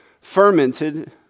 fermented